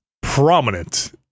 prominent